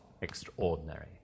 extraordinary